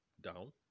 down